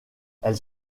elle